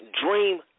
dream